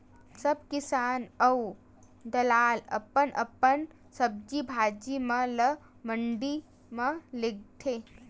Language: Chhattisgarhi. सब किसान अऊ दलाल अपन अपन सब्जी भाजी म ल मंडी म लेगथे